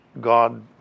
God